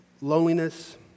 loneliness